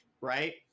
right